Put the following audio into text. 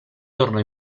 tornò